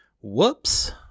Whoops